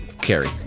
Carrie